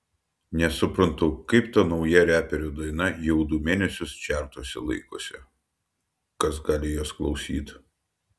nesuprantu kaip ta nauja reperio daina jau du mėnesiai čertuose laikosi kas gali jos klausyt